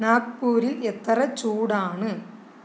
നാഗ്പൂരിൽ എത്ര ചൂടാണ്